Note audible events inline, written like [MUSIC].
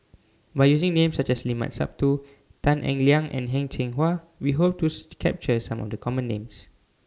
By using Names such as Limat Sabtu Tan Eng Liang and Heng Cheng Hwa We Hope to [NOISE] capture Some of The Common Names